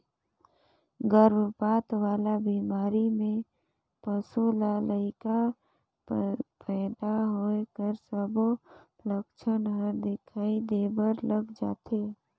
गरभपात वाला बेमारी में पसू ल लइका पइदा होए कर सबो लक्छन हर दिखई देबर लग जाथे